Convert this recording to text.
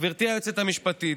גברתי היועצת המשפטית: